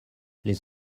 les